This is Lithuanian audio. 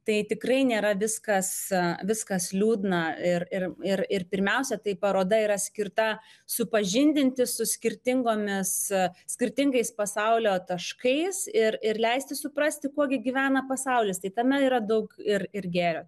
tai tikrai nėra viskas esą viskas liūdna ir ir ir ir pirmiausia tai paroda yra skirta supažindinti su skirtingomis es skirtingais pasaulio taškais ir ir leisti suprasti kuo gi gyvena pasaulis tai tame yra daug ir ir gėrio